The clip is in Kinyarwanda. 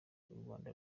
rwanda